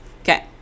okay